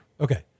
Okay